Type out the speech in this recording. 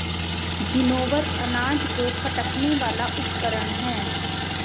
winnower अनाज को फटकने वाला उपकरण है